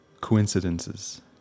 Coincidences